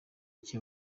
iki